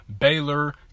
Baylor